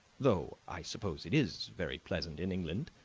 though, i suppose, it is very pleasant in england,